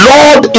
Lord